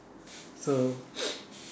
so